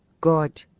god